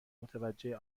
متوجه